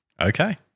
Okay